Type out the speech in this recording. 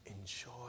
Enjoy